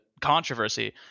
controversy